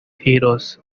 heroes